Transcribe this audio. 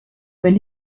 when